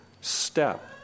step